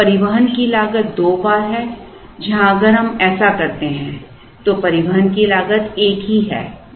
इसलिए परिवहन की लागत दो बार है जहां अगर हम ऐसा करते हैं तो परिवहन की लागत एक ही है